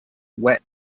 wet